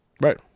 right